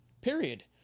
Period